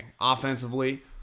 Offensively